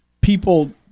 people